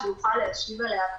שנוכל להשיב עליה,